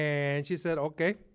and she said okay,